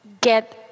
get